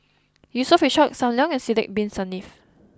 Yusof Ishak Sam Leong and Sidek Bin Saniff